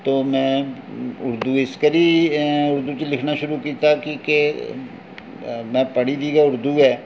ते में ओह् उर्दू इस करी उर्दू च लिखना शुरू कीता की के में पढ़ी दी गै उर्दू ऐ